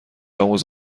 آموز